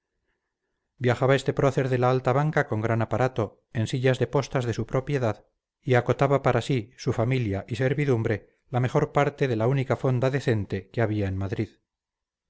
viajaba este prócer de la alta banca con gran aparato en sillas de postas de su propiedad y acotaba para sí su familia y servidumbre la mejor parte de la única fonda decente que había en madrid